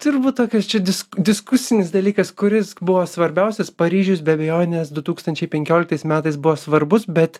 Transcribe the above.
turbūt tokis čia dis diskusinis dalykas kuris buvo svarbiausias paryžius be abejonės du tūkstančiai penkioliktais metais buvo svarbus bet